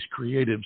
creatives